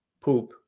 poop